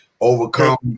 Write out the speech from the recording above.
overcome